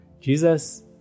Jesus